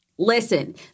Listen